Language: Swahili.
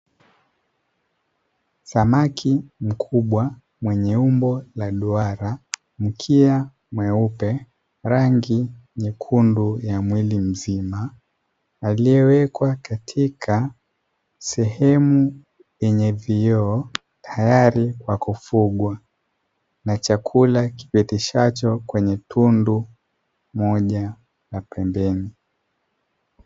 Samaki mkubwa mwenye umbo la duara mkia mweupe rangi nyekundu ya mwili mzima, aliyewekwa katika sehemu yenye vioo tayari kwa kufugwa na chakula kipitishacho kwenye tundu moja la pembeni.